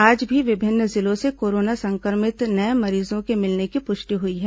आज भी विभिन्न जिलों से कोरोना संक्रमित नये मरीजों के मिलने की पुष्टि हुई है